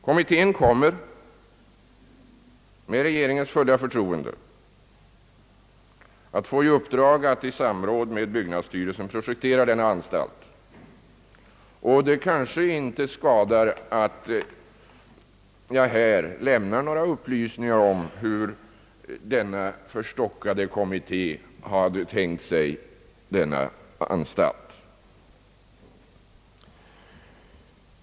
Kommittén kommer med regeringens fulla förtroende att få i uppdrag att i samråd med byggnadsstyrelsen projektera denna anstalt. Och det kanske inte skadar att jag här lämnar några upplysningar om hur denna »förstockade» kommitté har tänkt sig denna anstalt.